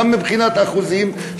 גם מבחינת אחוזים,